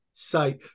site